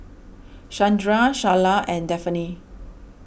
Shandra Sharla and Daphne